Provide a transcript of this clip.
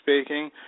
speaking